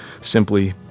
simply